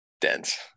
Dense